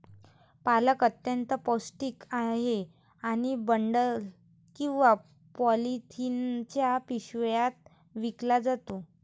पालक अत्यंत पौष्टिक आहे आणि बंडल किंवा पॉलिथिनच्या पिशव्यात विकला जातो